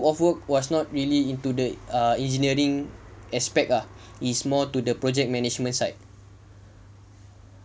of work was not really into the err engineering aspect ah it's more to the project management side